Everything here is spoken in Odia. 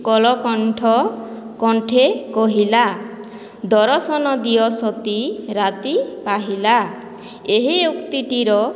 କଳକଣ୍ଠ କଣ୍ଠେ କହିଲା ଦରଶନ ଦିଅ ସତୀ ରାତି ପାହିଲା ଏହି ଉକ୍ତିଟିର